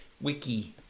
Wiki